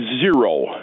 zero